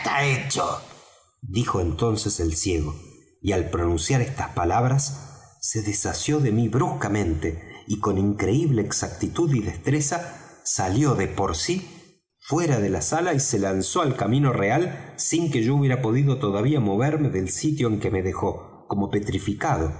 hecho dijo entonces el ciego y al pronunciar estas palabras se desasió de mí bruscamente y con increíble exactitud y destreza salió de por sí fuera de la sala y se lanzó al camino real sin que yo hubiera podido todavía moverme del sitio en que me dejó como petrificado